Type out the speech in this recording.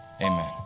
Amen